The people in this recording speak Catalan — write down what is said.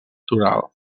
toral